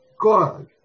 God